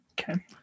Okay